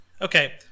okay